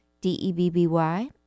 D-E-B-B-Y